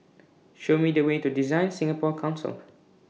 Show Me The Way to DesignSingapore Council